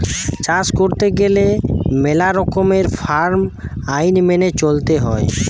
চাষ কইরতে গেলে মেলা রকমের ফার্ম আইন মেনে চলতে হৈ